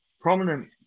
prominent